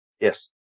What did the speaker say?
Yes